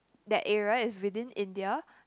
that area is within India